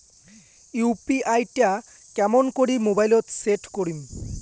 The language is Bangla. ইউ.পি.আই টা কেমন করি মোবাইলত সেট করিম?